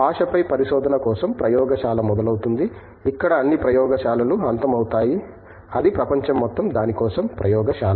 భాషపై పరిశోధన కోసం ప్రయోగశాల మొదలవుతుంది ఇక్కడ అన్ని ప్రయోగశాలలు అంతం అవుతాయి అది ప్రపంచం మొత్తం దాని కోసం ప్రయోగశాల